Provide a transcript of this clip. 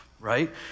right